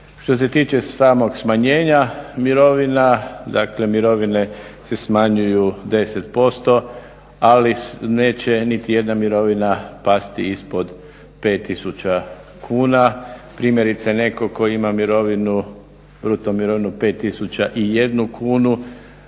Što se tiče samog smanjenja mirovina, dakle mirovine se smanjuju 10%, ali neće niti jedna mirovina pasti ispod 5000 kuna. Primjerice, netko tko ima mirovinu, bruto mirovinu 5001 kunu,